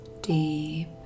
deep